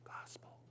Gospel